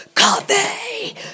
Coffee